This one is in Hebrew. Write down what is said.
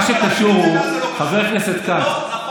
מה שקשור הוא, חבר הכנסת כץ, לא, זה לא קשור.